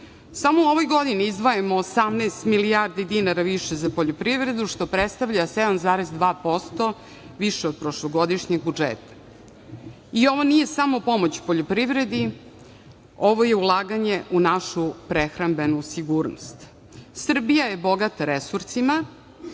u ovoj godini izdvajamo 18 milijardi dinara više za poljoprivredu, što predstavlja 7,2% više od prošlogodišnjeg budžeta. I ovo nije samo pomoć poljoprivredi, ovo je ulaganje u našu prehrambenu sigurnost. Srbija je bogata resursima,